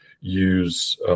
use